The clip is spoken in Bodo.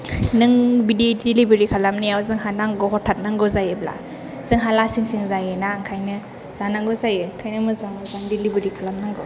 नों बिदि दिलिभारि खालामनायाव जोंहा नांगौ हथाद नांगौ जायोब्ला जोंहा लासिं सिं जायो ना ओंखायनो जानांगौ जायो ओंखायनो मोजां मोजां दिलिभारि खालाम नांगौ